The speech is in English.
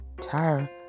tire